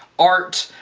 art,